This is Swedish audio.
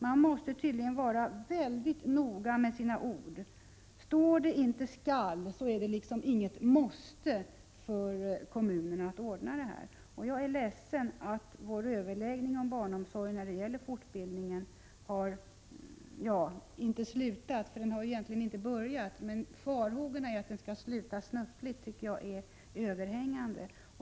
Man måste tydligen vara mycket noga med sina ord. Står det inte ”skall” så är det inget måste för kommunerna att ordna det här. Jag är ledsen att behöva konstatera att faran för att vår överläggning om fortbildningen inom barnomsorgen skall sluta snöpligt är överhängande.